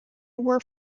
were